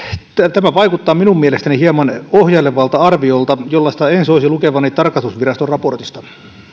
tämä vaikuttaa minun mielestäni hieman ohjailevalta arviolta jollaista en soisi lukevani tarkastusviraston raportista